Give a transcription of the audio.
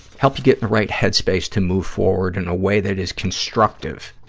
help you get in the right head space to move forward in a way that is constructive